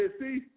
see